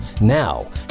Now